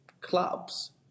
clubs